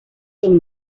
són